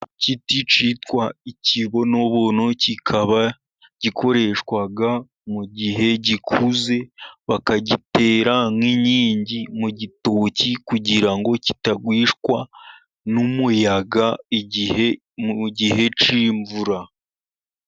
Igiti cyitwa ikibonobono kikaba gikoreshwa mu gihe gikuze bakagitera nk'inkingi mu gitoki, kugira ngo kitagushwa n'umuyaga, mu gihe cy'imvura.